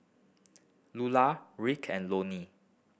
Lular Reed and Lonnie